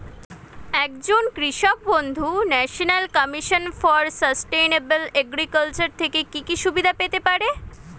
একজন কৃষক বন্ধু national commission for sustainable agriculture এর থেকে কি কি সুবিধা পেতে পারে?